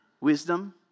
wisdom